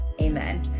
amen